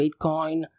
Bitcoin